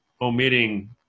omitting